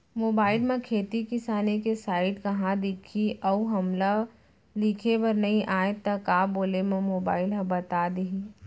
Mobile म खेती किसानी के साइट कहाँ दिखही अऊ हमला लिखेबर नई आय त का बोले म मोबाइल ह बता दिही?